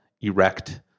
erect